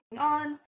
on